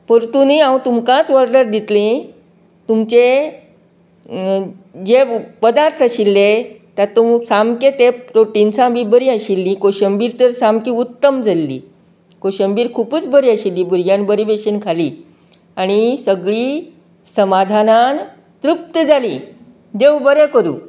परतुनीय हांव तुमकाच वॉर्डर दितली तुमचे जे पदार्थ आशिल्ले तातूंत सामकें ते प्रोटिन्सान बी बरी आशिल्ली कोशंबीर तर सामकी उत्तम जाल्ली कोशंबीर खुबूच बरी आशिल्ली भुरग्यांक बरी बशेन खाली आनी सगळी समाधानांन तृप्त जालीं देव बरें करूं